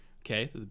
okay